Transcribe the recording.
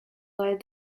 light